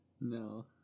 No